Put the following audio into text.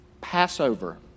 Passover